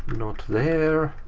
not there.